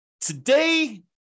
Today